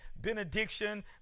benediction